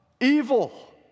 evil